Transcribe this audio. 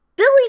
Billy